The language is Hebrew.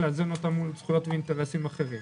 לאזן אותה מול זכויות ואינטרסים אחרים.